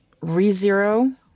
ReZero